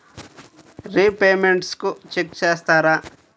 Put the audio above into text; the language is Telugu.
రిపేమెంట్స్ చెక్ చేస్తారా?